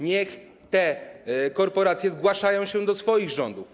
Niech te korporacje zgłaszają się do swoich rządów.